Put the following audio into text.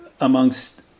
amongst